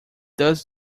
does